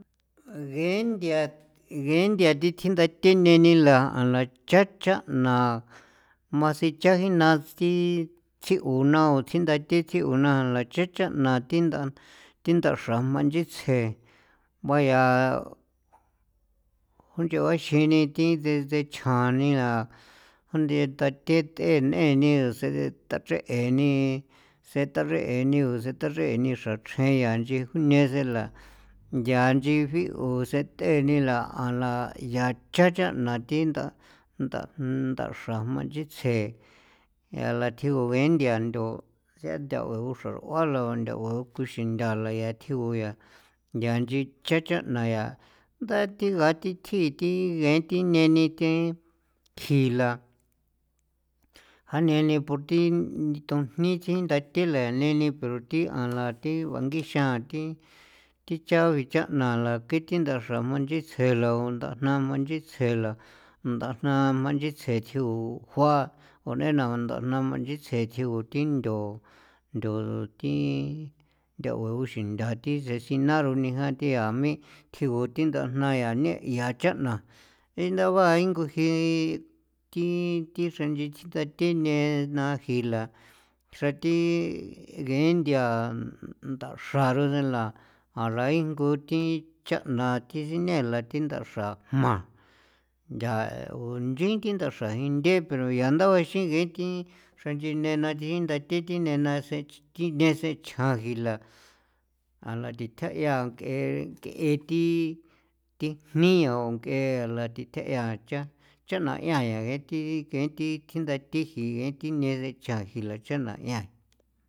Gee nthia ngee nthia thi thjindathe neni la ja cha chaa' na jma sicha jiina thi tsi'u na o tsi ndathe thi thjio na ntha che chaana thi nda thi ndaxra jma nchitsje bayaa junchexin ni thi nde ndechja nila nde ta thi t'e n'eni se tachree ni seta xree ni sata xree ni xrachjren ya nchi june senla ya inchi jiu sen th'enila alaya cha chaa' na thi nda nda ndaxra jma nchitsje yaala thjigu gue nthia ntho la nthaoe se nthaoe xroxraua ntha nthaoen kuxinthala yaa thjigu nguyaa yaa nchi cha chaa' na yaa nda thi gathi thjii thi ngee thi neni thi thjila a nene porthi tujnichi tathilele nene forthiala thi bangi xan thi thi cha bichaa' na la ke thi ndaxra jma nchitsje la ndajna jma nchitsje la ndajna jma nchitsje thjigu jua jo nena ndajna ma nchitsje thjigu thi ntho thi ntho thi ntha uxinthaa thi se x'ina rune jan thiua jmi' thjigu thi ndajna ya nei yaa chaa'na jeindaba nguji thi thi xra nchechjin ta thi nenaa jila xra thi ngee nthia ndaxra role la janaingo thji chaa'na thi sinela thi ndaxra jma nya o nchin thi ndaxra jinthe pero yaa nda juexin ngee nth'i xranchi ne na nchin nda thi thi nena sechji thi sen chjan jila ala thji tja'ia ng'ee ng'ee thi thi jniao ng'ela thi thje yea cha cha'na kein thi kein thi thji nda thijie thi neni chajila cha'na yaa.